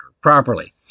properly